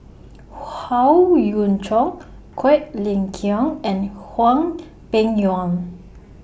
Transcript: Howe Yoon Chong Quek Ling Kiong and Hwang Peng Yuan